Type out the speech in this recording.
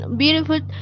beautiful